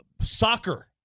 Soccer